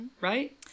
right